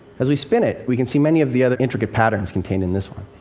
as we spin it, we can see many of the other intricate patterns contained in this one.